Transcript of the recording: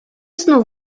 znów